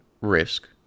risk